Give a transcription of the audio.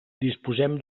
disposem